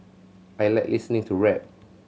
I like listening to rap